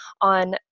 on